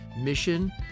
mission